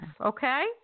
Okay